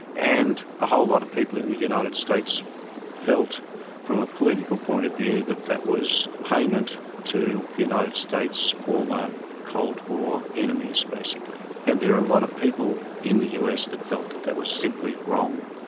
and a whole lot of people in the united states felt from a political point of view that that was payment to the united states former cold war enemies basically. and there are a lot of people in the us that felt that that was simply wrong,